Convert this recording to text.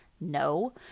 No